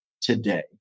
today